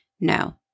no